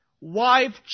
wife